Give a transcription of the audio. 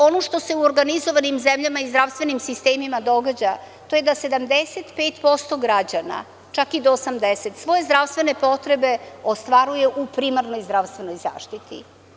Ono što se u organizovanim zemljama i zdravstvenim sistemima događa, to je da 75% građana, čak i do 80%, svoje zdravstvene potrebe ostvaruje u primarnoj zdravstvenoj zaštiti.